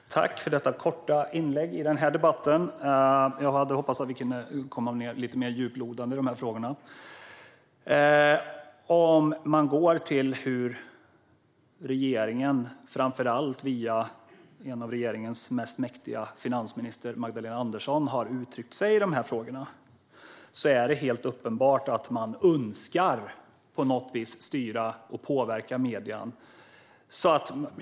Herr talman! Tack för detta korta inlägg i debatten! Jag hade hoppats att vi kunde vara lite mer djuplodande i de här frågorna. Om vi ser till hur regeringen, framför allt via finansminister Magdalena Andersson, som är en av regeringens mäktigaste, har uttryckt sig i de här frågorna är det helt uppenbart att man på något vis önskar styra och påverka medierna.